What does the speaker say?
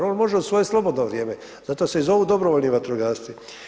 On može u svoje slobodno vrijeme, zato se i zovu dobrovoljni vatrogasci.